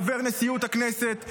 חבר נשיאות הכנסת,